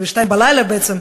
2:00 בלילה בעצם,